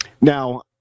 Now